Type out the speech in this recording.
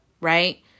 right